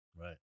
Right